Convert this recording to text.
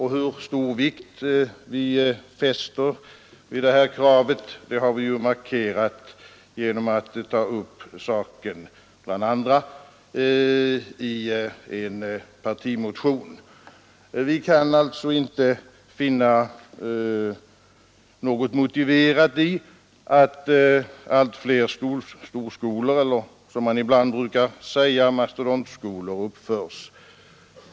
Hur stor vikt vi fäster vid detta krav har vi markerat genom att ta upp denna sak, bland andra, i en partimotion. Vi kan alltså inte finna något motiv för att allt fler storskolor eller — som man brukar säga — mastodontskolor uppförs.